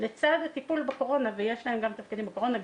לצד הטיפול בקורונה ויש להן גם תפקידים קורונה.